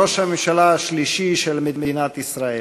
ראש הממשלה השלישי של מדינת ישראל.